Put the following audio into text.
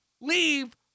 leave